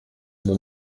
mon